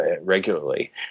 regularly